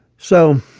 so